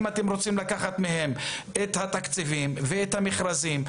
אם אתם רוצים לקחת מהם את התקציבים ואת המכרזים,